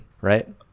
right